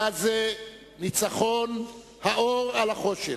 היה זה ניצחון האור על החושך,